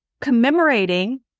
commemorating